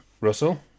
Russell